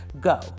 go